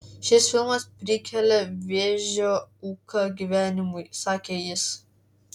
šis filmas prikelia vėžio ūką gyvenimui sakė jis